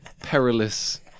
perilous